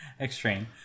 Extreme